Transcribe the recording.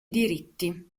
diritti